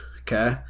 okay